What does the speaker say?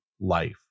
life